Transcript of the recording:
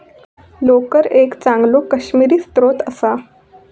लोकर एक चांगलो काश्मिरी स्त्रोत असा